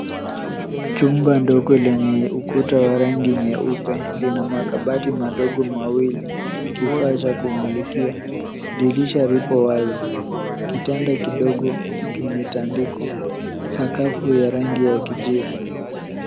Chumba ndogo lenye ukuta wa rangi nyeupe lina makabati madogo mawili, kifaa cha kumulikia. Dirisha lipo wazi, kitanda kidogo kimetandikwa sakafu ya rangi ya kijivu.